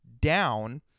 down